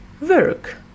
work